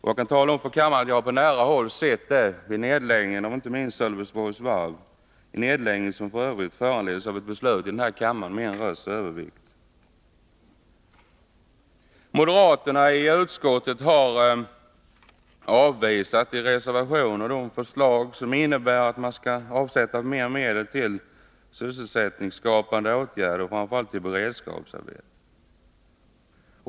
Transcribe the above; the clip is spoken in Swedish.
Jag kan tala om för kammaren att jag på nära håll har erfarit det, inte minst i samband med nedläggningen av Sölvesborgs Varv — en nedläggning som f. ö. föranleddes av ett beslut som fattades i denna kammare med en rösts övervikt. Moderaterna i utskottet har avvisat de reservationer och förslag som innebär att ytterligare medel skall avsättas till sysselsättningsskapande åtgärder, framför allt till beredskapsarbeten.